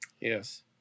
Yes